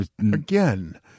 Again